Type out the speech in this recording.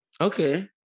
Okay